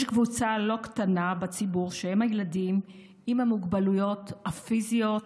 יש קבוצה לא קטנה בציבור של ילדים עם מוגבלויות פיזיות,